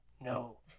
no